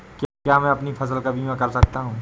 क्या मैं अपनी फसल का बीमा कर सकता हूँ?